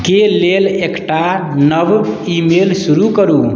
के लेल एकटा नव ई मेल शुरू करू